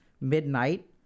midnight